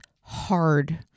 hard